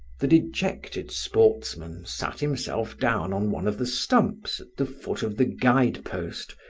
the dejected sportsman sat himself down on one of the stumps at the foot of the guide-post,